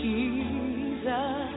Jesus